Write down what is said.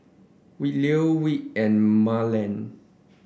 Khloe Whit and Marland